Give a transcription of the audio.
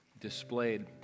displayed